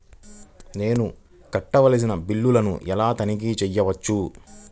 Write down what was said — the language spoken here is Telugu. నేను కట్టవలసిన బిల్లులను ఎలా తనిఖీ చెయ్యవచ్చు?